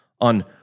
on